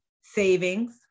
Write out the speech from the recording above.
savings